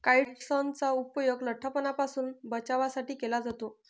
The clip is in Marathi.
काइट्सनचा उपयोग लठ्ठपणापासून बचावासाठी केला जातो